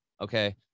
Okay